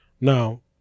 Now